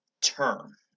term